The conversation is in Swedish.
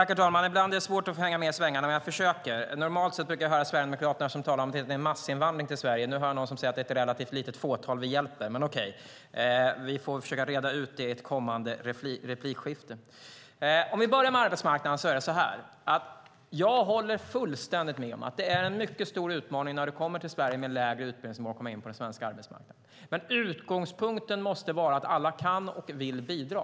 Herr talman! Ibland är det svårt att hänga med i svängarna, men jag försöker. Normalt sett brukar jag höra Sverigedemokraterna tala om "massinvandring" till Sverige. Nu hör jag en sverigedemokrat som säger att det är ett "relativt litet fåtal" vi hjälper. Vi får försöka reda ut det i ett kommande replikskifte. Vi börjar med arbetsmarknaden. Jag håller fullständigt med om att det är en mycket stor utmaning att komma in på den svenska arbetsmarknaden för dem som kommer till Sverige med lägre utbildning. Men utgångspunkten måste vara att alla kan och vill bidra.